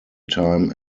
time